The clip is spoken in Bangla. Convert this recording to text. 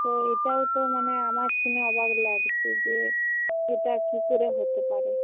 তো এটাই তো মানে আমার শুনে অবাক লাগছে যে এটা কি করে হতে পারে